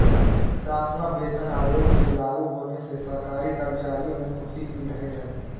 सातवां वेतन आयोग के लागू होने से सरकारी कर्मचारियों में ख़ुशी की लहर है